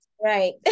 Right